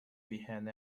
behind